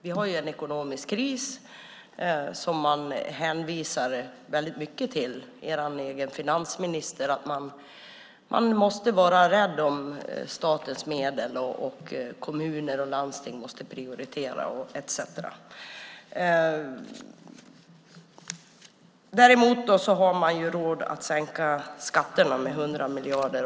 Vi har en ekonomisk kris som till exempel er egen finansminister hänvisar väldigt mycket till. Man måste vara rädd om statens medel och kommuner och landsting måste prioritera etcetera, sägs det. Däremot har man råd att sänka skatterna med 100 miljarder.